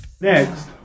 Next